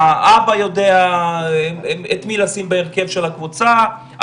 האבא יודע את מי לשים בהרכב של הקבוצה,